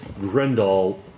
Grendel